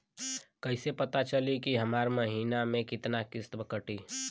कईसे पता चली की हमार महीना में कितना किस्त कटी?